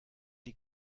die